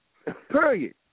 Period